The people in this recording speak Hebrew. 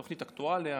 תוכנית אקטואליה,